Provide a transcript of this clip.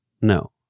No